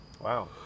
Wow